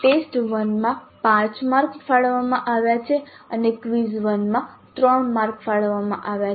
test 1 માં 5 marks ફાળવવામાં આવ્યા છે અને ક્વિઝ 1 માં 3 માર્ક્સ ફાળવવામાં આવ્યા છે